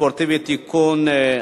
הספורטיבית (תיקון),